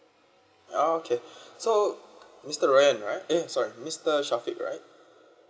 oh okay so mister ryan right eh okay sorry mister shafiq right